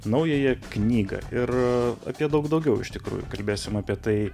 naująją knygą ir apie daug daugiau iš tikrųjų kalbėsime apie tai